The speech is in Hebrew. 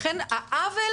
לכן העוול